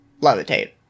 levitate